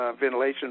ventilation